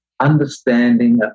understanding